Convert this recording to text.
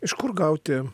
iš kur gauti